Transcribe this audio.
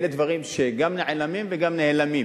אלה דברים שגם נעלמים וגם נאלמים.